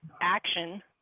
action